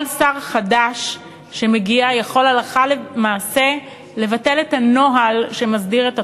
כל שר חדש שמגיע יכול הלכה למעשה לבטל את הנוהל שמסדיר את התחום.